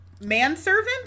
manservant